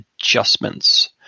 adjustments